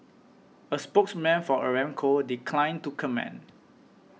a spokesman for Aramco declined to comment